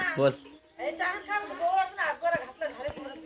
Credit card से एक महीनात ज्यादा से ज्यादा कतेरी लेन देन करवा सकोहो ही?